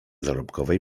zarobkowej